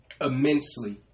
immensely